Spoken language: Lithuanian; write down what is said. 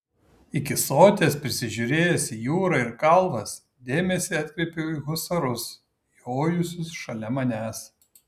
iki soties prisižiūrėjęs į jūrą ir kalvas dėmesį atkreipiau į husarus jojusius šalia manęs